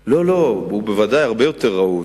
לא, הוא בוודאי הרבה יותר רהוט.